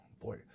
boy